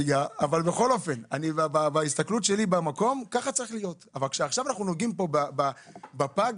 עכשיו אנחנו מדברים על פג,